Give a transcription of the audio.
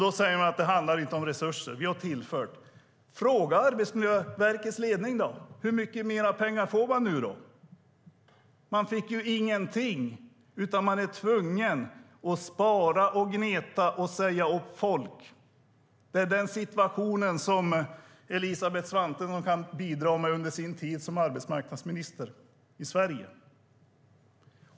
Då säger statsrådet att det inte handlar om resurser. Fråga Arbetsmiljöverkets ledning hur mycket mer pengar man får. Man får ingenting, utan man är tvungen att spara, gneta och säga upp folk. Det är den situationen som Elisabeth Svantesson kan bidra med under sin tid som arbetsmarknadsminister i Sverige.